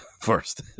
first